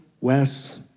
Wes